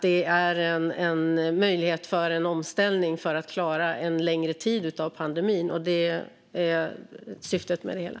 Det är en möjlighet till omställning för att klara en längre tid av pandemin. Det är syftet med det hela.